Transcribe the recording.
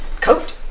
Coat